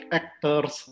actors